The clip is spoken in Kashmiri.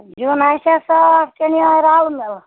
یِمن آسیٛا صاف کِنہٕ یِہےَ رَلہٕ مِلہٕ